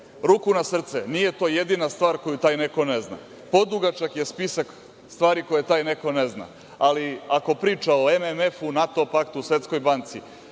ruku na srce, nije to jedina stvar koju taj neko ne zna. Podugačak je spisak stvari koje taj neko ne zna, ali ako priča o MMF, NATO paktu, Svetskoj banci,